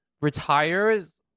retires